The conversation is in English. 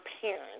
parents